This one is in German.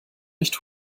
nicht